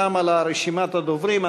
תמה לה רשימת הדוברים.